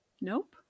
Nope